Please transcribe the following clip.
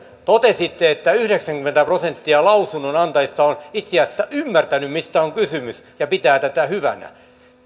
totesitte että yhdeksänkymmentä prosenttia lausunnonantajista on itse asiassa ymmärtänyt mistä on kysymys ja pitää tätä hyvänä